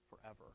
forever